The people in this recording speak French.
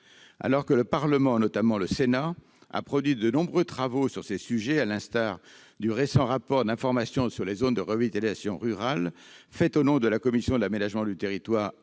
Alors que le Parlement, notamment le Sénat, a produit de nombreux travaux sur ces sujets, à l'instar du récent rapport d'information sur les zones de revitalisation rurale fait au nom de la commission de l'aménagement du territoire et